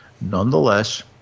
Nonetheless